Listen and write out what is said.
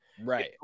right